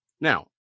Now